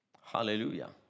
Hallelujah